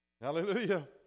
Hallelujah